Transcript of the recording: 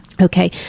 okay